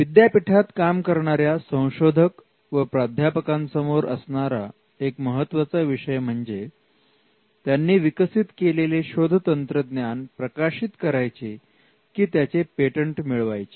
विद्यापीठात काम करणार्या संशोधक व प्राध्यापकां समोर असणारा एक महत्त्वाचा विषय म्हणजे त्यांनी विकसित केलेला शोध तंत्रज्ञान प्रकाशित करायचे की त्याचे पेटंट मिळवायचे